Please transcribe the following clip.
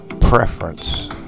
preference